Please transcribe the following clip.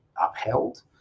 upheld